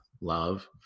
love